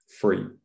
free